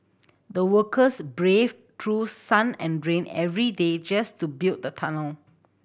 the workers braved through sun and rain every day just to build the tunnel